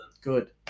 Good